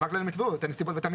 נכון, אבל רק לנסיבות ולמקרים.